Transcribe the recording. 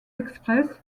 express